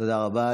תודה רבה.